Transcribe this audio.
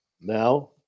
Now